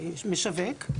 המשווק.